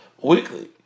weekly